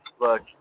look